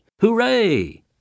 Hooray